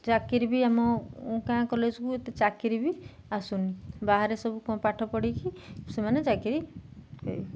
ଚାକିରି ବି ଆମ ଗାଁ କଲେଜ୍କୁ ଏତେ ଚାକିରି ବି ଆସୁନି ବାହାରେ ସବୁ କଁ ପାଠ ପଢ଼ିକି ସେମାନେ ଚାକିରି କରିବେ